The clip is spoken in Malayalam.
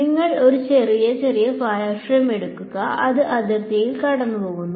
നിങ്ങൾ ഒരു ചെറിയ ചെറിയ വയർഫ്രെയിം എടുക്കുക അത് അതിർത്തിയിൽ കടന്നുപോകുന്നു